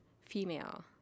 female